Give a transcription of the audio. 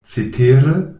cetere